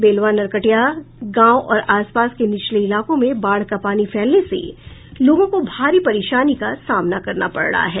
बेलवा नरकटिया गांव और आसपास के निचले इलाकों में बाढ़ का पानी फैलने से लोगों को भारी परेशानी का सामना करना पड़ रहा है